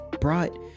brought